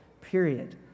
period